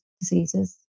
diseases